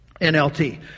NLT